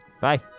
Bye